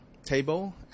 table